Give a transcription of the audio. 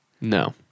No